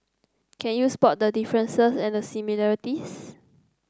can you spot the differences and similarities